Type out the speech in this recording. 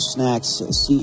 Snacks